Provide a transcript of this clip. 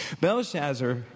Belshazzar